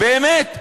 באמת?